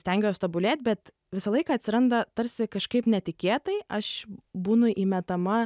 stengiuos tobulėt bet visą laiką atsiranda tarsi kažkaip netikėtai aš būnu įmetama